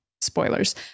spoilers